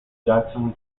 jackson